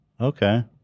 Okay